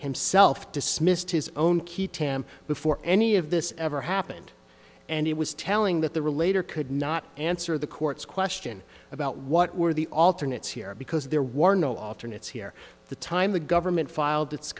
himself dismissed his own key tam before any of this ever happened and it was telling that the relator could not answer the court's question about what were the alternate here because there were no often it's here the time the government filed